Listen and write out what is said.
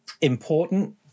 important